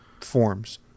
forms